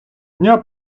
дня